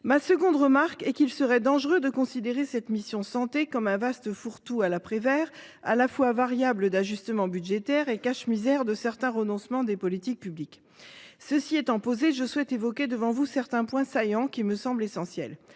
J’estime également qu’il serait dangereux de considérer la mission « Santé », tel un vaste « fourre tout » à la Prévert, à la fois comme une variable d’ajustement budgétaire et comme le cache misère de certains renoncements des politiques publiques. Cela étant posé, je souhaite évoquer devant vous certains points saillants qui me semblent essentiels,